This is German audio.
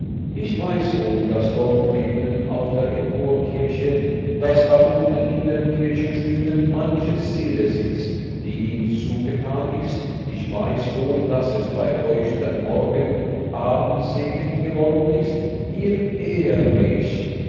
ich weiß wohl daß dort drüben auf der emporkirche daß da unten in den kirchstühlen manche seele sitzt die ihm zugetan ist ich weiß wohl daß er bei euch der morgen und abendsegen geworden ist ihr